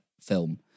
film